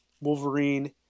wolverine